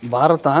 Bharat